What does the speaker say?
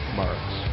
marks